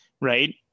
right